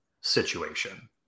situation